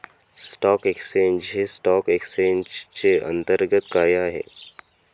stock exchange हे stock एक्सचेंजचे अंतर्गत कार्य आहे